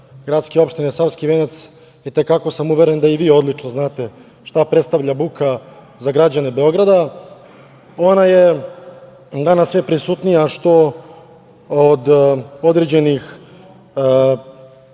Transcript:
predsednica GO Savski venac, i te kako sam uveren da i vi odlično znate šta predstavlja buka za građane Beograda. Ona je danas sve prisutnija, što usled određenih